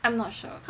I'm not sure